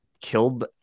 killed